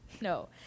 No